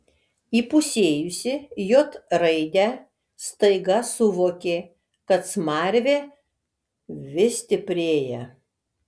įpusėjusi j raidę staiga suvokė kad smarvė vis stiprėja